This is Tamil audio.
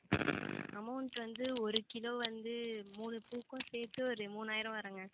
அமௌண்ட் வந்து ஒரு கிலோ வந்து மூணு பூக்கும் சேர்த்து ஒரு மூணாயிரம் வருங்க